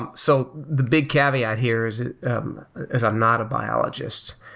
um so the big caveat here is is i'm not a biologist